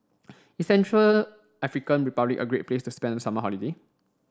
is Central African Republic a great place to spend summer holiday